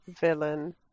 villain